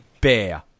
bear